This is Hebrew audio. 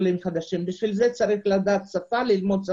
לשם כך צריך לדעת שפה, ללמוד אותה